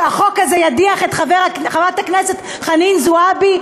שהחוק הזה ידיח את חברת הכנסת חנין זועבי,